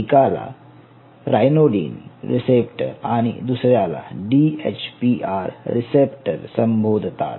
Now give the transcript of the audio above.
एकाला ryanodine receptor आणि दुसऱ्याला डीएचपीआर रिसेप्टर संबोधतात